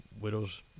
widow's